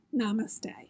Namaste